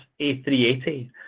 A380